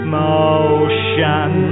motion